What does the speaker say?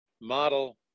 model